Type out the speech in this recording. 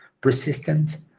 Persistent